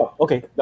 Okay